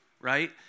right